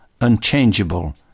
Unchangeable